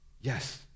yes